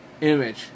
image